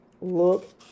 look